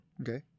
Okay